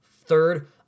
Third